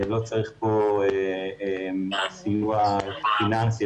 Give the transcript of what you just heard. לא צריך סיוע פיננסי.